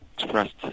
expressed